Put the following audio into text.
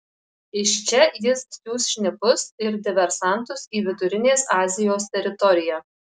iš čia jis siųs šnipus ir diversantus į vidurinės azijos teritoriją